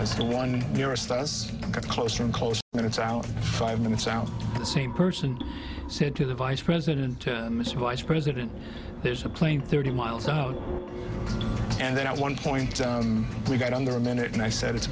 just the one nearest us got closer and closer and it's out five minutes out the same person said to the vice president mr vice president there's a plane thirty miles out and then at one point we got under a minute and i said it's